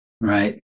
Right